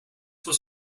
was